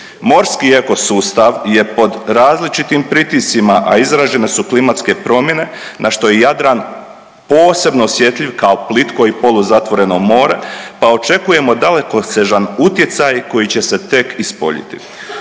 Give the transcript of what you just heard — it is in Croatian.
Morski eko sustav je pod različitim pritiscima, a izražene su klimatske promjene na što je Jadran posebno osjetljiv kao plitko i polu zatvoreno more, pa očekujemo dalekosežan utjecaj koji će se tek ispoljiti.